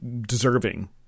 deserving